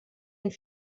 and